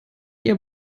ihr